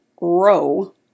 row